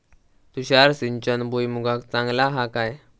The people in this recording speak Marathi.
तुषार सिंचन भुईमुगाक चांगला हा काय?